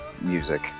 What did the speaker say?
music